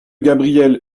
gabriel